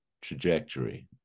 trajectory